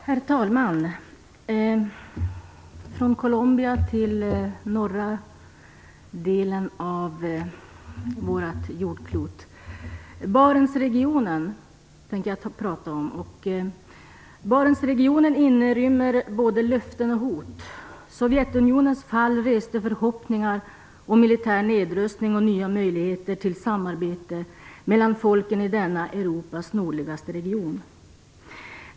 Herr talman! Från Colombia går vi till norra delen av vårt jordklot. Jag tänker prata om Barentsregionen. Barentsregionen inrymmer både löften och hot. Sovjetunionens fall reste förhoppningar om militär nedrustning och nya möjligheter till samarbete mellan folken i denna Europas nordligaste region.